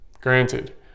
granted